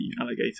alligator